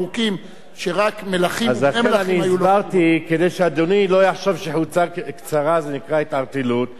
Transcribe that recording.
האם חבר כנסת שהולך עם שרוולים קצרים הוא מתערטל או לא היא גם שאלה.